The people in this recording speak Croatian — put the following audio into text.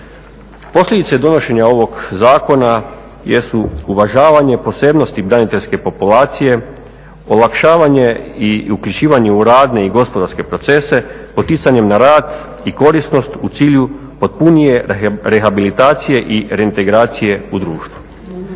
Posljedice donošenja ovog zakona jesu uvažavanje posebnosti braniteljske populacije, olakšavanje i uključivanje u radne i gospodarske procese poticanjem na rad i korisnost u cilju potpunije rehabilitacije i reintegracije u društvu.